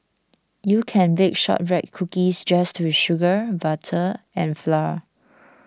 you can bake Shortbread Cookies just with sugar butter and flour